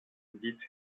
dites